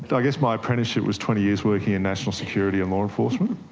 but i guess my apprenticeship was twenty years working in national security and law enforcement,